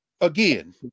again